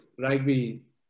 rugby